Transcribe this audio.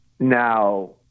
Now